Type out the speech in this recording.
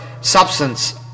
substance